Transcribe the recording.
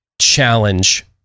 challenge